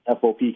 fop